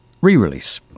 re-release